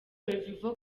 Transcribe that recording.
revival